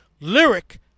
Lyric